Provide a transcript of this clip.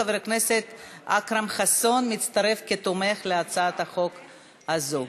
חבר הכנסת אכרם חסון מצטרף כתומך בהצעת החוק הזו.